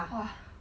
!wah!